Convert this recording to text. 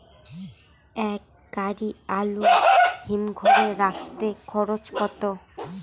এক গাড়ি আলু হিমঘরে রাখতে খরচ কত?